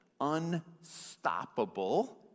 unstoppable